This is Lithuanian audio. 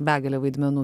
begalė vaidmenų